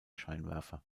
scheinwerfer